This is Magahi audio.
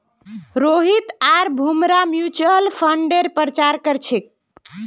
रोहित आर भूमरा म्यूच्यूअल फंडेर प्रचार कर छेक